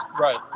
Right